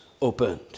opened